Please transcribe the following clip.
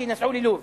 כי נסעו ללוב.